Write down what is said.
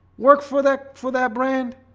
worked for that for that brand